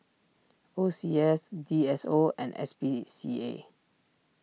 O C S D S O and S P C A